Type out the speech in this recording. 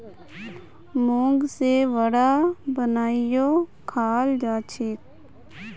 मूंग से वड़ा बनएयों खाल जाछेक